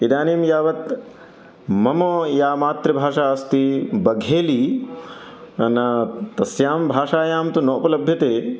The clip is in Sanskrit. इदानीं यावत् मम या मातृभाषा अस्ति बघेलि न तस्यां भाषायां तु नोपलभ्यते